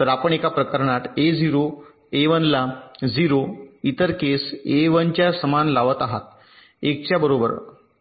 तर आपण एका प्रकरणात ए 0 ए 1 ला 0 इतर केस ए 1 च्या समान लावत आहात 1 च्या बरोबर